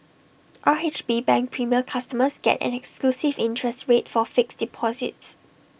R H B bank premier customers get an exclusive interest rate for fixed deposits